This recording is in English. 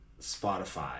Spotify